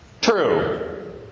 True